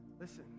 Listen